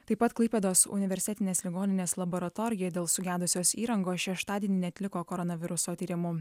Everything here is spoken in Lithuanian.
taip pat klaipėdos universitetinės ligoninės laboratorija dėl sugedusios įrangos šeštadienį neatliko koronaviruso tyrimų